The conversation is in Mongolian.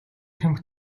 тамхи